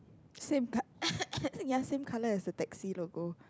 same co~ ya same colour as the taxi logo